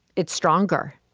it's stronger.